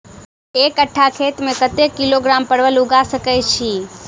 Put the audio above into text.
एक कट्ठा खेत मे कत्ते किलोग्राम परवल उगा सकय की??